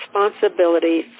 responsibility